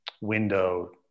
window